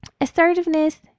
assertiveness